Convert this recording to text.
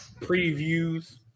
previews